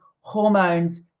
hormones